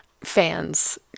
fans